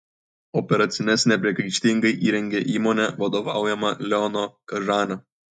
operacines nepriekaištingai įrengė įmonė vadovaujama leono kažanio